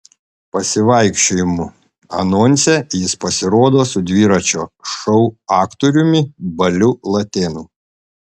pasivaikščiojimų anonse jis pasirodo su dviračio šou aktoriumi baliu latėnu